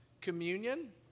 communion